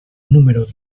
número